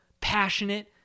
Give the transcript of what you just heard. passionate